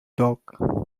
dog